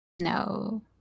No